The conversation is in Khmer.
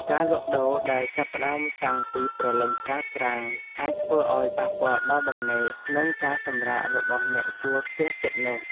ការលក់ដូរដែលចាប់ផ្តើមតាំងពីព្រលឹមស្រាងៗអាចធ្វើឱ្យប៉ះពាល់ដល់ដំណេក និងការសម្រាករបស់អ្នកជួលផ្ទះជិតនោះ។